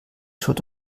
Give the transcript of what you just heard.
schutt